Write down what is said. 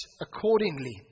accordingly